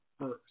first